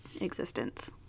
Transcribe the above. existence